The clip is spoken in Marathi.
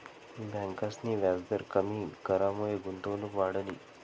ब्यांकसनी व्याजदर कमी करामुये गुंतवणूक वाढनी